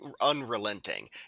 unrelenting